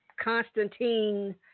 Constantine